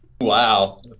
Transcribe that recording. Wow